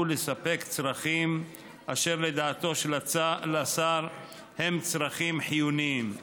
לספק צרכים אשר לדעתו של השר הם צרכים חיוניים.